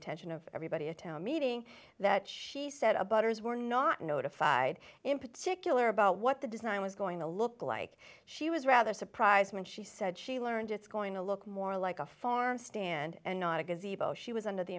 attention of everybody a town meeting that she said about hers were not notified in particular about what the design was going to look like she was rather surprised when she said she learned it's going to look more like a farm stand and not a good zebo she was under the